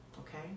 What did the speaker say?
okay